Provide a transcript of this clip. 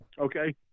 Okay